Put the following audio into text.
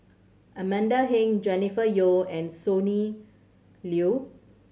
Amanda Heng Jennifer Yeo and Sonny Liew